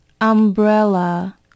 umbrella